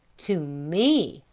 to me,